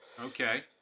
Okay